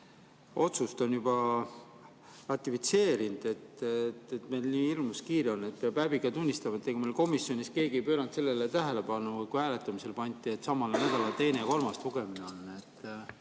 otsuse on juba ratifitseerinud, et meil nii hirmus kiire on? Peab häbiga tunnistama, et ega meil komisjonis keegi ei pööranud sellele tähelepanu, kui see hääletamisele pandi, et samal nädalal on teine ja kolmas lugemine.